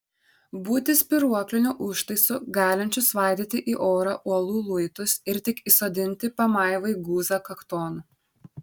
būti spyruokliniu užtaisu galinčiu svaidyti į orą uolų luitus ir tik įsodinti pamaivai guzą kakton